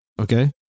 Okay